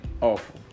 awful